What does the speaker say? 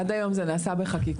עד היום זה נעשה בחקיקה.